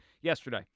yesterday